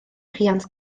rhiant